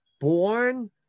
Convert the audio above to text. born